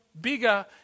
bigger